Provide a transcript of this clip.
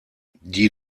die